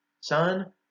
son